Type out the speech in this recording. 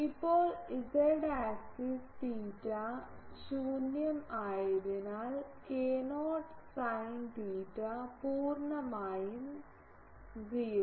ഇപ്പോൾ z axis theta 0 ആയതിനാൽ k0 sine theta പൂർണ്ണമായും 0